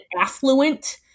affluent